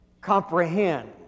comprehend